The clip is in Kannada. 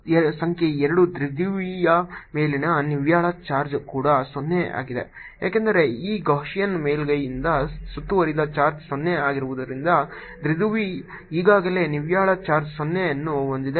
ಸಂಖ್ಯೆ 2 ದ್ವಿಧ್ರುವಿಯ ಮೇಲಿನ ನಿವ್ವಳ ಚಾರ್ಜ್ ಕೂಡ 0 ಆಗಿದೆ ಏಕೆಂದರೆ ಈ ಗಾಸಿಯನ್ ಮೇಲ್ಮೈಯಿಂದ ಸುತ್ತುವರಿದ ಚಾರ್ಜ್ 0 ಆಗಿರುವುದರಿಂದ ದ್ವಿಧ್ರುವಿ ಈಗಾಗಲೇ ನಿವ್ವಳ ಚಾರ್ಜ್ 0 ಅನ್ನು ಹೊಂದಿದೆ